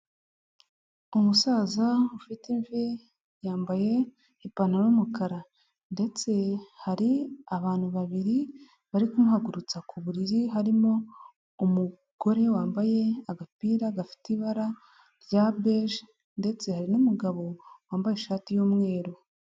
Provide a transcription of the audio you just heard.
Umusaza ufite imvi, yambaye ipantaro y'umukara ndetse hari abantu babiri bari kumuhagurutsa ku buriri, harimo umugore wambaye agapira gafite ibara rya beje ndetse hari n'umugabo wambaye ishati y'umweru.